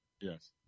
Yes